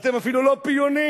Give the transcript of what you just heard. אתם אפילו לא פיונים.